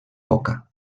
boca